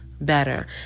better